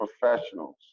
professionals